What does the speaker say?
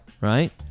right